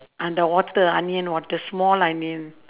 and the water onion water small onion